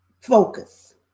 Focus